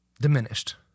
diminished